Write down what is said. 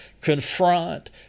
confront